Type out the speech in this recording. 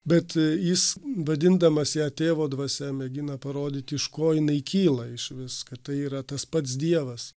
bet jis vadindamas ją tėvo dvasia mėgina parodyti iš ko jinai kyla išvis kad tai yra tas pats dievas